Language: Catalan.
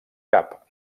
cap